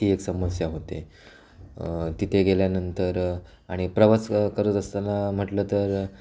ती एक समस्या होते तिथे गेल्यानंतर आणि प्रवास करत असताना म्हटलं तर